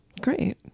Great